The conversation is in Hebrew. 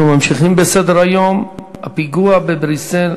אנחנו ממשיכים בסדר-היום: הפיגוע בבריסל,